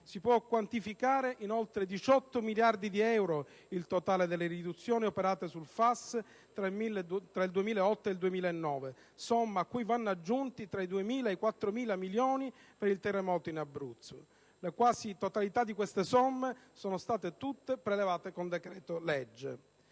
Si può quantificare in oltre 18 miliardi di euro il totale delle riduzioni operate sul FAS tra il 2008 ed il 2009, somma a cui vanno aggiunti tra i 2.000 ed i 4.000 milioni per il terremoto in Abruzzo. La quasi totalità di queste somme sono state prelevate con decreto-legge.